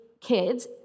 kids